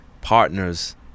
partners